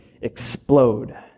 explode